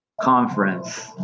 conference